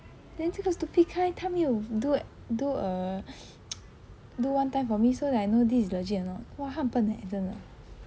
then 这个 stupid kai 他没有 do do a do one time for me so that I know this is legit or not !wah! 他很笨 leh 真的